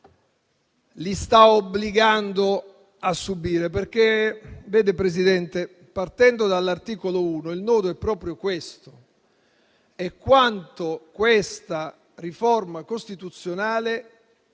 li sta obbligando a subire. Signor Presidente, partendo dall'articolo 1, il nodo è proprio questo: quanto questa riforma costituzionale